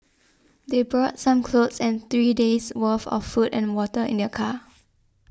they brought some clothes and three days' worth of food and water in their car